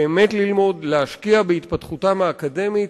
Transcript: באמת ללמוד, להשקיע בהתפתחותם האקדמית,